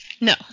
No